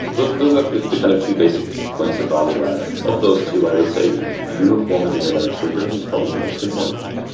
so those those are the kind of two basic points of value add. of those two i would say you know uniformity around triggering is probably the most important thing.